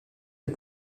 les